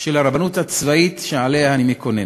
של הרבנות הצבאית שעליה אני מקונן.